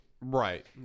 Right